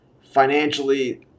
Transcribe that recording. financially